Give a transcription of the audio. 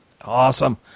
Awesome